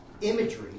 imagery